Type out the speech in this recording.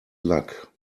luck